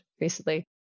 recently